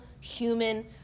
human